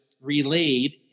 relayed